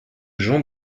jean